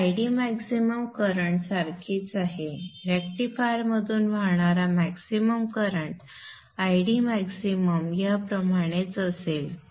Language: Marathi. तर आयडी मॅक्सिमम करंट सारखीच आहे रेक्टिफायरमधून वाहणारा मॅक्सिमम करंट Id मॅक्सिमम याप्रमाणेच असेल